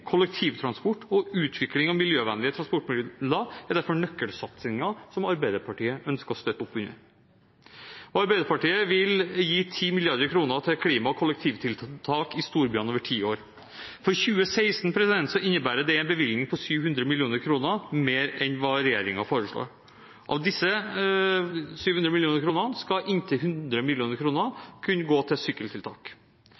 kollektivtransport og utvikling av miljøvennlige transportmidler er derfor nøkkelsatsinger som Arbeiderpartiet ønsker å støtte opp under. Arbeiderpartiet vil gi 10 mrd. kr til klima- og kollektivtiltak i storbyene over ti år. For 2016 innebærer det en bevilgning på 700 mill. kr mer enn det regjeringen foreslår. Av disse 700 mill. kr skal inntil 100 mill. kr gå til sykkeltiltak.